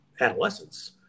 adolescence